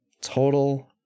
Total